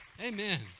Amen